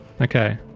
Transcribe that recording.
Okay